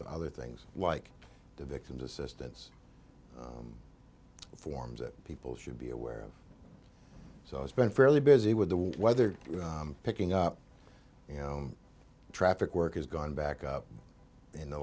to other things like the victims assistance forms that people should be aware of so it's been fairly busy with the weather picking up you know traffic work has gone back up in the